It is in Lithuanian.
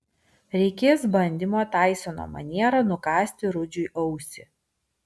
reikės bandymo taisono maniera nukąsti rudžiui ausį